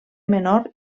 menor